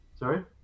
sorry